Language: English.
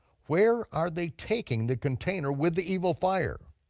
where are they taking the container with the evil fire?